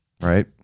right